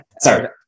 Sorry